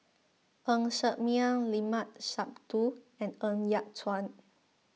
Ng Ser Miang Limat Sabtu and Ng Yat Chuan